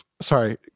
sorry